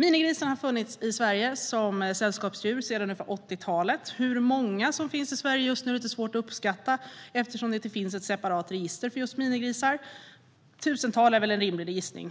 Minigrisar har funnits i Sverige som sällskapsdjur sedan 80talet. Hur många som finns i Sverige just nu är lite svårt att uppskatta, eftersom det inte finns något separat register för just minigrisar. Ett tusental är väl en rimlig gissning.